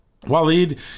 Waleed